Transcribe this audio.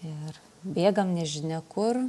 ir bėgam nežinia kur